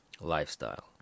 lifestyle